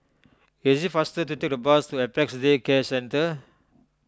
it is faster to take the bus to Apex Day Care Centre